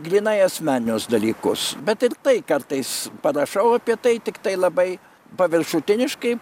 grynai asmeninius dalykus bet ir tai kartais parašau apie tai tiktai labai paviršutiniškai